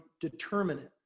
determinant